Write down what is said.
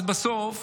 בסוף